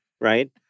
right